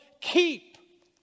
keep